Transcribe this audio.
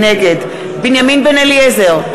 נגד בנימין בן-אליעזר,